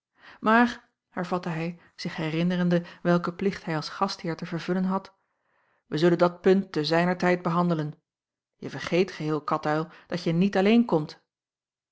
maar hervatte hij zich herinnerende welken plicht hij als gastheer te vervullen had wij zullen dat punt te zijner tijd behandelen je vergeet geheel katuil dat je niet alleen komt